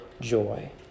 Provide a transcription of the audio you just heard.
joy